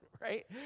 Right